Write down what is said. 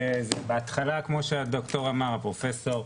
בהתחלה, כמו שהד"ר או הפרופסור אמר,